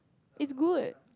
it's good